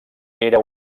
era